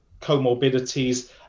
comorbidities